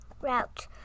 route